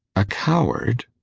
a coward?